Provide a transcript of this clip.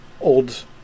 old